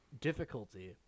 difficulty